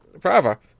Forever